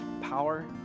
power